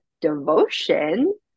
devotion